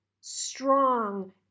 strong